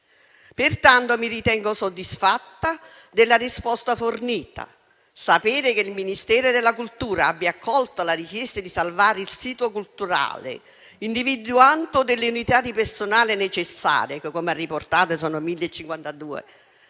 Pertanto, mi ritengo soddisfatta della risposta fornita: sapere che il Ministero della cultura abbia accolto la richiesta di salvare il sito culturale, individuando le unità di personale necessarie - come ci ha riportato,